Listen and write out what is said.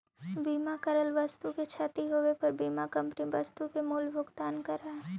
बीमा करल वस्तु के क्षती होवे पर बीमा कंपनी वस्तु के मूल्य भुगतान करऽ हई